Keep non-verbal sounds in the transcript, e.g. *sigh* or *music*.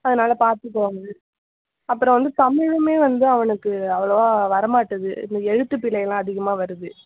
அதனால பார்த்து *unintelligible* அப்புறோம் வந்து தமிழுமே வந்து அவனுக்கு அவ்வளோவா வர மாட்டுது இந்த எழுத்து பிழைலாம் அதிகமாக வருது